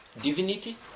divinity